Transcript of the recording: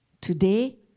Today